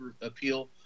appeal